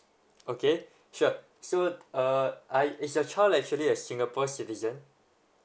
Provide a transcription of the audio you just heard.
okay sure so uh are is the child actually a singapore citizen